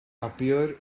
appear